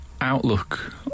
outlook